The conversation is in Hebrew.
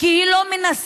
כי היא לא מנסה.